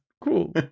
Cool